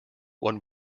one